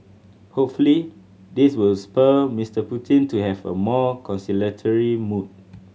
hopefully this will spur Mr Putin to have a more conciliatory mood